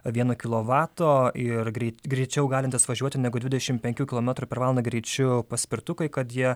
vieno kilovato ir greit greičiau galintys važiuoti negu dvidešimt penkių kilometrų per valandą greičiu paspirtukai kad jie